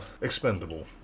expendable